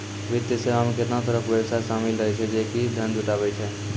वित्तीय सेवा मे केतना तरहो के व्यवसाय शामिल रहै छै जे कि धन जुटाबै छै